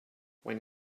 when